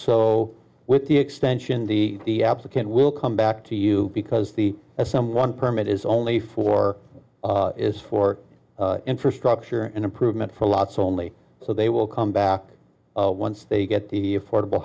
so with the extension the applicant will come back to you because the that someone permit is only for is for infrastructure and improvement for lots only so they will come back once they get the affordable